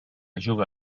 juga